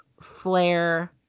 flare